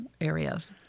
areas